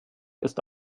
ist